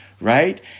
right